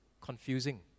confusing